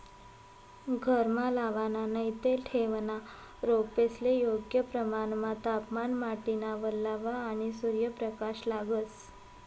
घरमा लावाना नैते ठेवना रोपेस्ले योग्य प्रमाणमा तापमान, माटीना वल्लावा, आणि सूर्यप्रकाश लागस